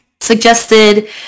suggested